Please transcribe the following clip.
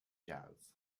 jazz